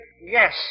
yes